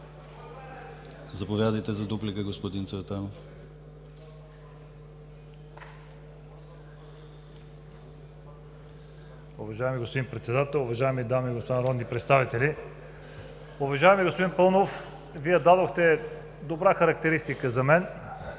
Заповядайте за дуплика, господин Цветанов.